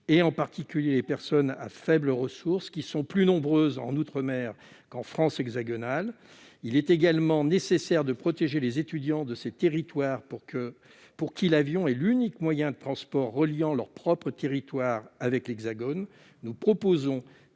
en particulier les personnes aux faibles ressources, qui sont plus nombreuses en outre-mer qu'en France hexagonale. Il est également nécessaire de protéger les étudiants, pour qui l'avion est l'unique moyen de transport reliant leur territoire avec l'Hexagone. Par